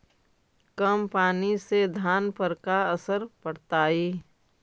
कम पनी से धान पर का असर पड़तायी?